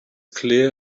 clear